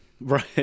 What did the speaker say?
right